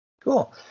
Cool